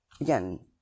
again